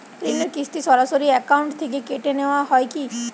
ঋণের কিস্তি সরাসরি অ্যাকাউন্ট থেকে কেটে নেওয়া হয় কি?